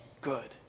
good